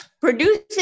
producing